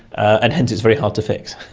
and hence it's very hard to fix.